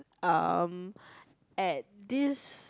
um at this